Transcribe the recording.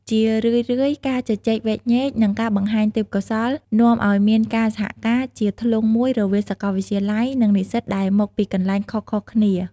ជារឿយៗ ការជជែកវែកញែក និងការបង្ហាញទេពកោសល្យនាំឲ្យមានការសហការជាធ្លុងមួយរវាងសកលវិទ្យាល័យ និងនិស្សិតដែលមកពីកន្លែងខុសៗគ្នា។